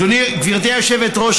גברתי היושבת-ראש,